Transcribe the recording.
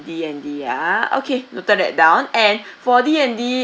D and D ah okay noted that down and for D and D